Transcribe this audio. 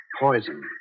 poison